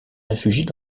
réfugient